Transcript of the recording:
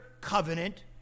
covenant